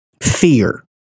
Fear